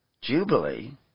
Jubilee